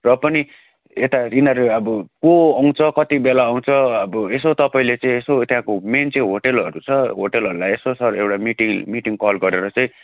र पनि यता यिनीहरू अब को आउँछ कति बेला आउँछ अब यसो तपाईँले चाहिँ यसो त्यहाँको मेन चाहिँ होटलहरू छ होटलहरूलाई यसो सर एउटा मिटिङ मिटिङ कल गरेर चाहिँ